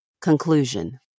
Conclusion